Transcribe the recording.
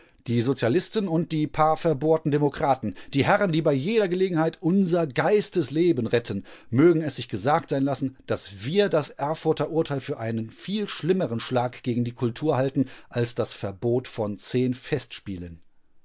die sozialisten und die paar verbohrten demokraten die herren die bei jeder gelegenheit unser geistesleben retten mögen es sich gesagt sein lassen daß wir das erfurter urteil für einen viel schlimmeren schlag gegen die kultur halten als das verbot von zehn festspielen